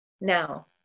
Now